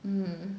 mm